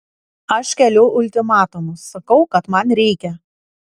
aš keliu ultimatumus sakau kad man reikia